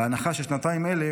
בהנחה ששנתיים אלה